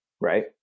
right